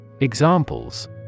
Examples